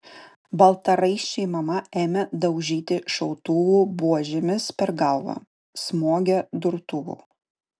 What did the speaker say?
baltaraiščiai mamą ėmė daužyti šautuvų buožėmis per galvą smogė durtuvu